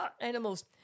animals